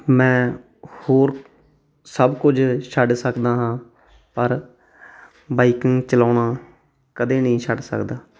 ਮੈਂ ਹੋਰ ਸਭ ਕੁਝ ਛੱਡ ਸਕਦਾ ਹਾਂ ਪਰ ਬਾਈਕਿੰਗ ਚਲਾਉਣਾ ਕਦੇ ਨਹੀਂ ਛੱਡ ਸਕਦਾ